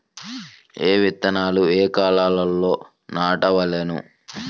ఏ విత్తనాలు ఏ కాలాలలో నాటవలెను?